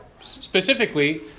specifically